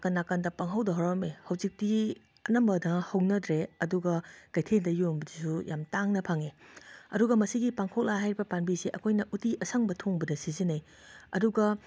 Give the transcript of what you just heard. ꯅꯥꯀꯟ ꯅꯥꯀꯟꯗ ꯄꯪꯍꯧꯗ ꯍꯧꯔꯝꯃꯦ ꯍꯧꯖꯤꯛꯇꯤ ꯑꯅꯝꯕꯗ ꯍꯧꯅꯗ꯭ꯔꯦ ꯑꯗꯨꯒ ꯀꯩꯊꯦꯜꯗ ꯌꯣꯟꯕꯗꯁꯨ ꯌꯥꯝ ꯇꯥꯡꯅ ꯐꯪꯉꯦ ꯑꯗꯨꯒ ꯃꯁꯤꯒꯤ ꯄꯥꯡꯈꯣꯛꯂꯥ ꯍꯥꯏꯔꯤꯕ ꯄꯥꯝꯕꯤꯁꯦ ꯑꯩꯈꯣꯏꯅ ꯎꯇꯤ ꯑꯁꯪꯕ ꯊꯣꯡꯕꯗ ꯁꯤꯖꯤꯟꯅꯩ ꯑꯗꯨꯒ